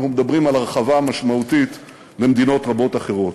ואנחנו מדברים על הרחבה משמעותית במדינות רבות אחרות.